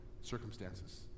circumstances